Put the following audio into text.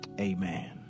amen